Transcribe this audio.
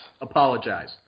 Apologize